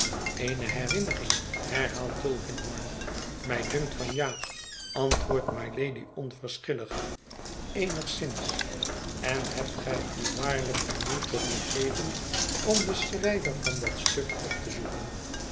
eene herinnering herhaalt tulkinghorn mij dunkt van ja antwoordt mylady onverschillig eenigszins en hebt gij u waarlijk de moeite gegeven om den schrijver van dat stuk op te zoeken